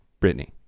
Britney